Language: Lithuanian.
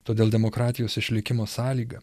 todėl demokratijos išlikimo sąlyga